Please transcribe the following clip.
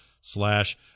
slash